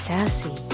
Sassy